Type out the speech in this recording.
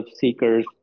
seekers